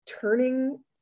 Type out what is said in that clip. turning